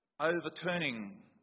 Overturning